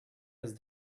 his